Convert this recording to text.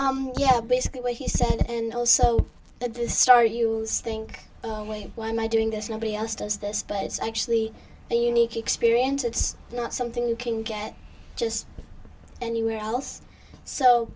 yeah basically what he said and also that the star you think why am i doing this nobody else does this but it's actually a unique experience it's not something you can get just anywhere else so